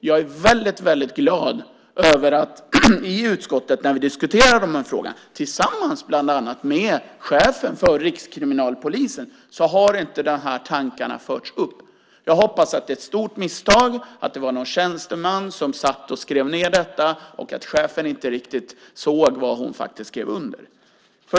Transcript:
Jag är väldigt glad över att de här tankarna inte fördes upp när vi diskuterade frågan i utskottet tillsammans med bland annat chefen för Rikskriminalpolisen. Jag hoppas att det är ett stort misstag, att det var någon tjänsteman som satt och skrev ned detta och att chefen inte riktigt såg vad hon skrev under.